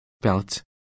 belt